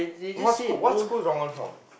what school what school is Rong-En from